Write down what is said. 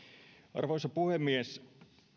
arvoisa puhemies